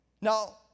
Now